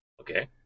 okay